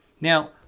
Now